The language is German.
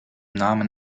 namen